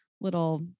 little